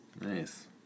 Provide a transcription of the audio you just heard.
Nice